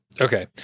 okay